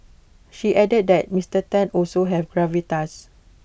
she added that Mister Tan also has gravitas